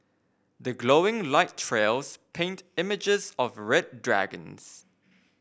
the glowing light trails paint images of red dragons